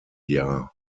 jahr